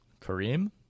Kareem